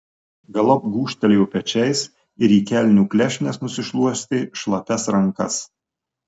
galop gūžtelėjo pečiais ir į kelnių klešnes nusišluostė šlapias rankas